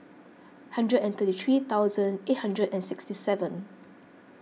hundred and thirty three thousand eight hundred and sixty seven